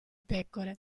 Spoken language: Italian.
pecore